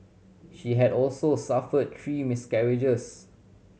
she had also suffered three miscarriages